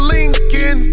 Lincoln